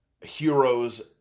heroes